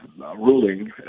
Ruling